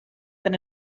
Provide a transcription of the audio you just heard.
than